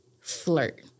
flirt